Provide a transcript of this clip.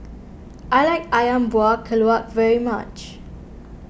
I like Ayam Buah Keluak very much